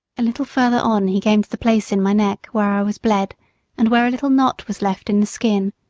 a little further on he came to the place in my neck where i was bled and where a little knot was left in the skin.